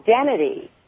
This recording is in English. identity